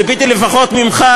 ציפיתי לפחות ממך,